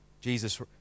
Jesus